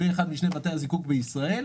באחד משני בתי הזיקוק בישראל.